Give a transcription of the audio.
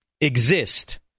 exist